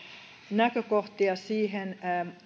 näkökohtia siihen